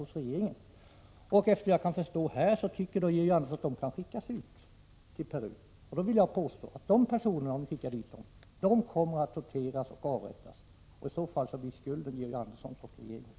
Ärendet har tidigare behandlats av invandrarverket. Av svaret att döma tycker Georg Andersson att dessa människor kan skickas till Peru. Men jag vill påstå att dessa personer, om de skickas till Peru, kommer att torteras och avrättas. Om så sker, blir det Georg Andersson och regeringen i övrigt som bär skulden.